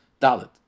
Dalit